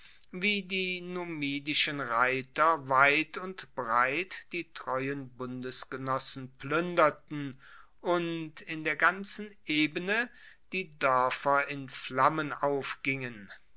wie die numidischen reiter weit und breit die treuen bundesgenossen pluenderten und in der ganzen ebene die doerfer in flammen aufgingen